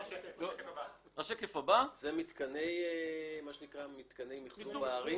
מתקני מחזור בתוך הערים?